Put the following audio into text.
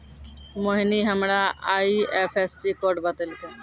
मोहिनी हमरा IFSC code बतैलकै